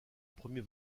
premier